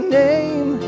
name